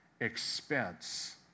expense